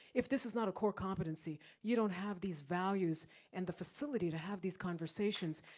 if this is not a core competency. you don't have these values and the facility to have these conversations.